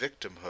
victimhood